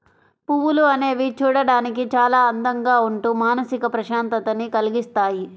పువ్వులు అనేవి చూడడానికి చాలా అందంగా ఉంటూ మానసిక ప్రశాంతతని కల్గిస్తాయి